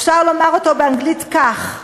אפשר לומר אותו באנגלית כך: